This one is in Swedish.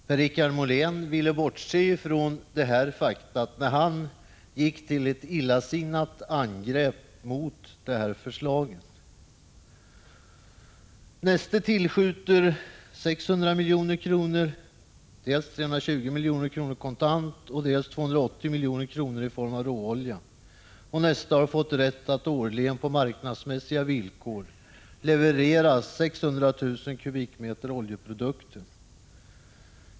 Per-Richard Molén ville bortse från dessa fakta när han gick till illasinnat angrepp mot förslaget. Neste tillskjuter 600 milj.kr. — dels 320 milj.kr. kontant, dels 280 milj.kr. i form av råolja. Neste har fått rätt att årligen på marknadsmässiga villkor leverera 600 000 M? oljeprodukter.